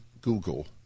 Google